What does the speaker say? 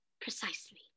Precisely